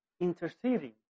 Interceding